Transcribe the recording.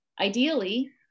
ideally